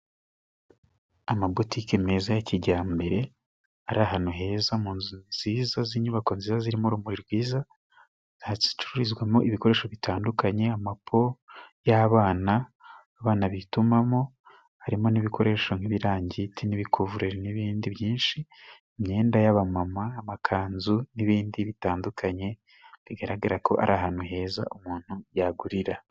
Amabotiki meza ya kijyambere ari ahantu heza mu nzu nziza z'inyubako nziza. Zirimo urumuri rwiza, hacururizwamo ibikoresho bitandukanye amapo y'abana, abana bitumamo. Harimo n'ibikoresho nk'ibirangiti, n'ibikuvureri n'ibindi byinshi, imyenda y'abamama, amakanzu n'ibindi bitandukanye. Bigaragara ko ari ahantu heza umuntu yagurira.